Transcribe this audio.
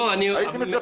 לא --- הייתי מצפה.